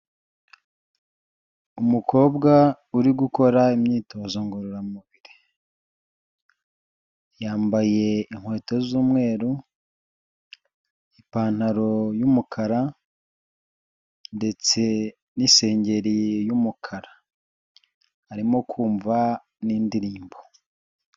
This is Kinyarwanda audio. Umukobwa uri gukora imyitozo ngororamubiri. Yambaye inkweto z'umweru, ipantaro y'umukara ndetse n'isengeri y'umukara. Arimo kumva n'indirimbo.